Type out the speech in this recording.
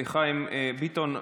חיים ביטון.